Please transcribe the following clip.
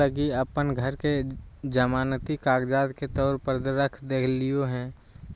हम लोन लगी अप्पन घर के जमानती कागजात के तौर पर रख देलिओ हें